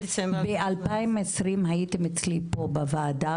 בדצמבר 2018. ב-2020 הייתם אצלי פה בוועדה